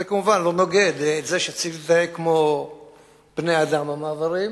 זה כמובן לא נוגד את זה שצריך להתנהג כמו בני-אדם במעברים.